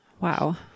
Wow